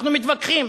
אנחנו מתווכחים,